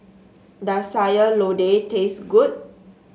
does Sayur Lodeh taste good